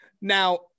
Now